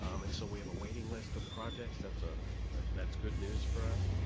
um and so we have a waiting list of projects. that's ah that's good news for us.